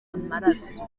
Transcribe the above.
amaraso